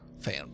fan